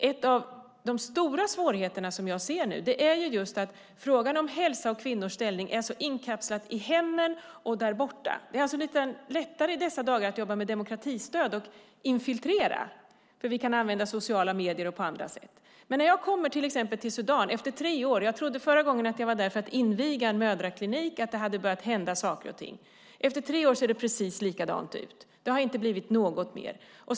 En av de stora svårigheterna som jag ser nu är just att frågan om hälsa och kvinnors ställning är så inkapslad i hemmen. Det är alltså lättare i dessa dagar att jobba med demokratistöd och att infiltrera, där vi kan använda sociala medier och andra sätt. Förra gången jag kom till exempel till Sudan trodde jag att jag var där för att inviga en mödraklinik och att det hade börjat hända saker och ting. Efter tre år kunde jag se att det ser precis likadant ut. Det har inte blivit något mer.